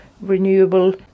renewable